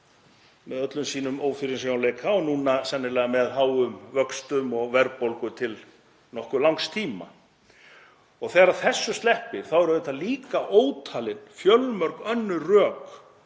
með öllum sínum ófyrirsjáanleika og núna sennilega með háum vöxtum og verðbólgu til nokkuð langs tíma. Þegar þessu sleppir eru auðvitað líka ótalin fjölmörg önnur rök